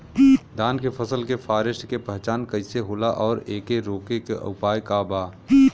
धान के फसल के फारेस्ट के पहचान कइसे होला और एके रोके के उपाय का बा?